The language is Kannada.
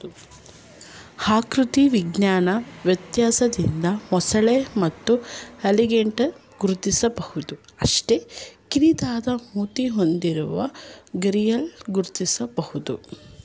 ಆಕೃತಿ ವಿಜ್ಞಾನ ವ್ಯತ್ಯಾಸದಿಂದ ಮೊಸಳೆ ಮತ್ತು ಅಲಿಗೇಟರ್ ಗುರುತಿಸಲು ಕಷ್ಟ ಕಿರಿದಾದ ಮೂತಿ ಹೊಂದಿರುವ ಘರಿಯಾಲ್ ಗುರುತಿಸಲು ಸುಲಭ